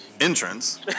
entrance